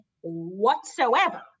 whatsoever